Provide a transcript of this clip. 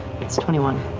it's twenty one.